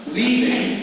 leaving